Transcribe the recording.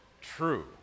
true